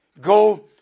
go